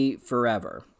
Forever